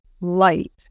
light